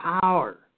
power